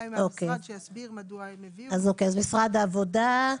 משרד העבודה,